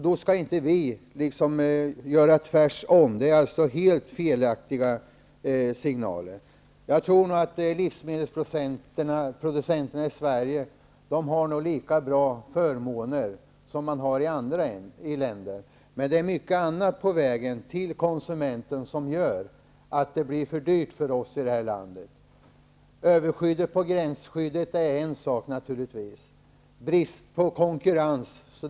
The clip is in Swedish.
Då skall inte vi göra tvärtom. Det är helt felaktiga signaler. Jag tror att livsmedelsproducenterna i Sverige har lika bra förmåner som man har i andra länder. Men det är mycket annat på vägen till konsumenten som gör att det blir för dyrt för oss i det här landet. Överskyddet i gränsskyddet är en sak. Brist på konkurrens en annan.